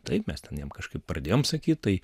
taip mes ten jiem kažkaip pradėjom sakyt tai